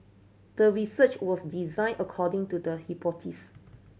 the research was designed according to the hypothesis